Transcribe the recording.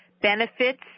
benefits